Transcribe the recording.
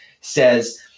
says